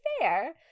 fair